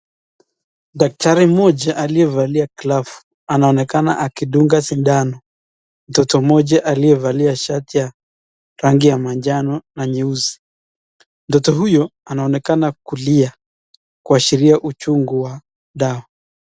Daktari mmoja aliyevalia glavu , anaonekana akidunga sindano. Mtoto mmoja aliyevalia shati ya rangi ya manjano na nyeusi, mtoto huyu anaonekana kulia kuashiria uchungu wa dawa.